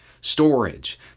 storage